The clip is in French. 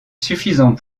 suffisant